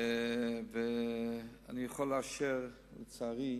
אני יכול לאשר, לצערי,